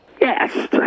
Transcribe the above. Yes